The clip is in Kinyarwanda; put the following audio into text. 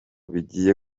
bigiye